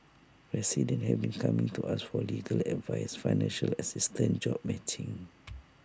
residents have been coming to us for legal advice financial assistance job matching